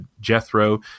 Jethro